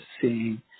seeing